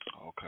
Okay